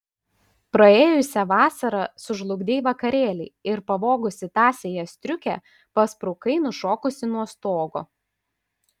praėjusią vasarą sužlugdei vakarėlį ir pavogusi tąsiąją striukę pasprukai nušokusi nuo stogo